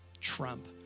trump